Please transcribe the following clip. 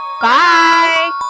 Bye